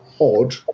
odd